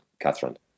Catherine